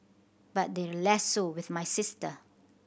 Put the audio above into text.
but they're less so with my sister